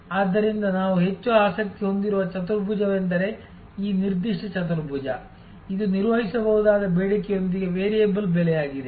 ಆದ್ದರಿಂದ ನಾವು ಹೆಚ್ಚು ಆಸಕ್ತಿ ಹೊಂದಿರುವ ಚತುರ್ಭುಜವೆಂದರೆ ಈ ನಿರ್ದಿಷ್ಟ ಚತುರ್ಭುಜ ಇದು ಊಹಿಸಬಹುದಾದ ಬೇಡಿಕೆಯೊಂದಿಗೆ ವೇರಿಯಬಲ್ ಬೆಲೆಯಾಗಿದೆ